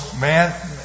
man